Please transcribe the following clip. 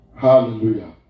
Hallelujah